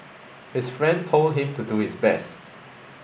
his friend told him to do his best